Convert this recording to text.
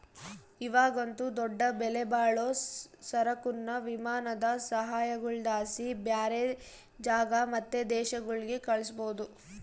ಇವಾಗಂತೂ ದೊಡ್ಡ ಬೆಲೆಬಾಳೋ ಸರಕುನ್ನ ವಿಮಾನದ ಸಹಾಯುದ್ಲಾಸಿ ಬ್ಯಾರೆ ಜಾಗ ಮತ್ತೆ ದೇಶಗುಳ್ಗೆ ಕಳಿಸ್ಬೋದು